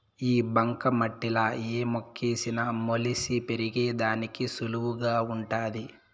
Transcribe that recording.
ఈ బంక మట్టిలా ఏ మొక్కేసిన మొలిసి పెరిగేదానికి సులువుగా వుంటాది